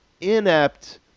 inept